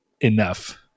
enough